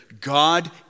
God